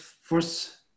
First